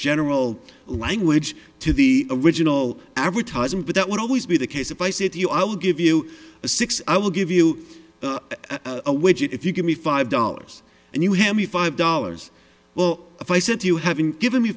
general language to the original advertising but that would always be the his if i said to you i'll give you a six i will give you a widget if you give me five dollars and you hear me five dollars well if i said you haven't given me